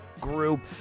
Group